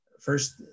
first